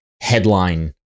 headline